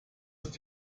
ist